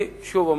שוב,